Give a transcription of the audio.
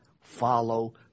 follow